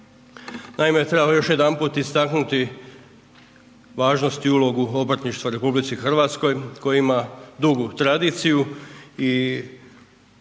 Naime, trebamo još jedanput istaknuti važnost i ulogu obrtništva u RH koji ima dugu tradiciju i